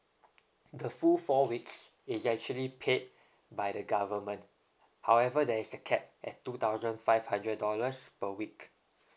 the full four weeks it's actually paid by the government however there's a cap at two thousand five hundred dollars per week